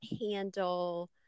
handle